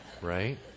right